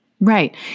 Right